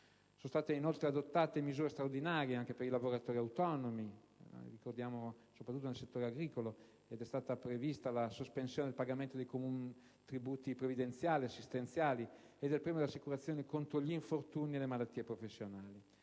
Sono state inoltre adottate misure straordinarie per i lavoratori autonomi, soprattutto nel settore agricolo: è stata prevista la sospensione del pagamento dei contributi previdenziali, assistenziali e del premio delle assicurazioni contro infortuni e malattie professionali;